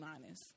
minus